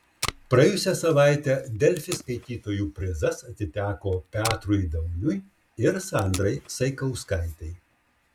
praėjusią savaitę delfi skaitytojų prizas atiteko petrui dauniui ir sandrai saikauskaitei